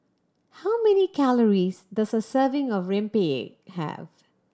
how many calories does a serving of rempeyek have